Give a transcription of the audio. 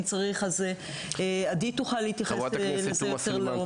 אם צריך, עדי תוכל להתייחס לזה יותר לעומק.